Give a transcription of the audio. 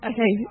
Okay